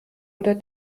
oder